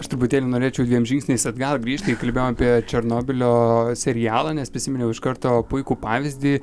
aš truputėlį norėčiau dviem žingsniais atgal grįžti kalbėjom apie černobylio serialą nes prisiminiau iš karto puikų pavyzdį